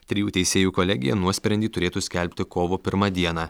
trijų teisėjų kolegija nuosprendį turėtų skelbti kovo pirmą dieną